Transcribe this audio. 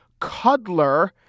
Cuddler